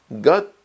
God